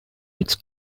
its